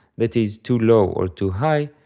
that is, too low or too high,